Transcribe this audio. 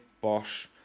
Bosch